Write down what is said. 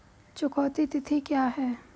चुकौती तिथि क्या है?